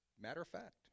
Matter-of-fact